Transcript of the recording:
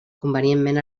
convenientment